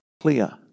clear